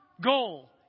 goal